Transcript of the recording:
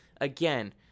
again